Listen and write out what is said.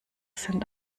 sind